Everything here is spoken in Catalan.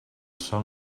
sol